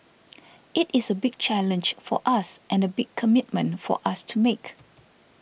it is a big challenge for us and a big commitment for us to make